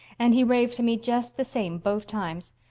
and he raved to me just the same both times.